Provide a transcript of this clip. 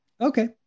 okay